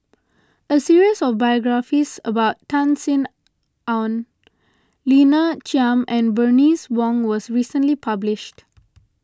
a series of biographies about Tan Sin Aun Lina Chiam and Bernice Wong was recently published